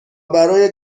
برای